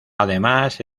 además